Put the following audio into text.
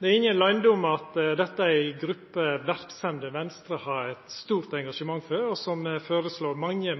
Det er ingen løyndom at dette er ei gruppe verksemder Venstre har eit stort engasjement for, og som me i dag føreslår mange